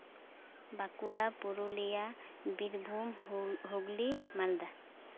Bankura Purulia Birbhum Hooghly Malda